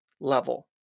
level